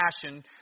passion